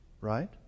right